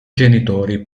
genitori